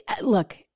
Look